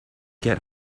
get